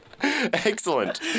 Excellent